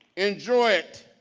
enjoy it,